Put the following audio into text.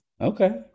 Okay